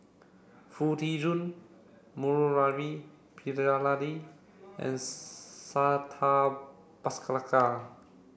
Foo Tee Jun Murali Pillai and Santha Bhaskar